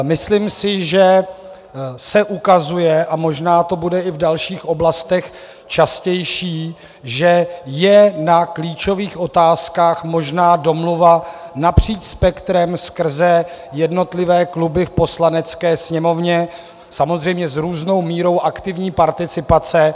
Myslím si, že se ukazuje, a možná to bude i v dalších oblastech častější, že je na klíčových otázkách možná domluva napříč spektrem skrze jednotlivé kluby v Poslanecké sněmovně, samozřejmě s různou mírou aktivní participace.